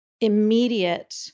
Immediate